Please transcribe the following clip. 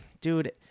Dude